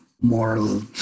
moral